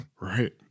Right